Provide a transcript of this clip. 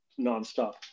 nonstop